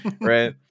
right